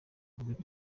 rick